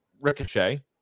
Ricochet